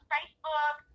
Facebook